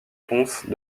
ponce